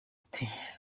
ati